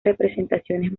representaciones